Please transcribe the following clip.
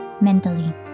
mentally